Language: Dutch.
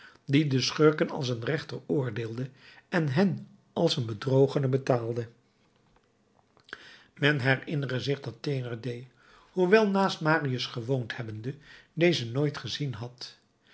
die de schurken als een rechter oordeelde en hen als een bedrogene betaalde men herinnere zich dat thénardier hoewel naast marius gewoond hebbende dezen nooit gezien had